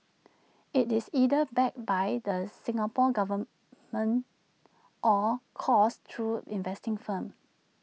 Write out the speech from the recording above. IT is either backed by the Singapore Government or coursed through investing firms